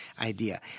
idea